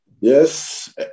Yes